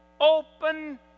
open